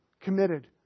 committed